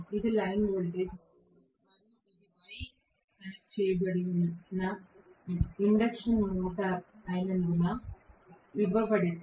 ఇది line voltage అవుతుంది మరియు ఇది y కనెక్ట్ చేయబడిన ఇండక్షన్ మోటారుగా అయినందున ఇవ్వబడితే